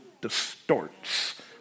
distorts